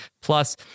Plus